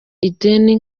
ideni